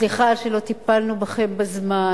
סליחה על שלא טיפלנו בכם בזמן,